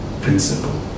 principle